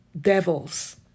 devils